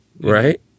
right